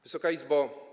Wysoka Izbo!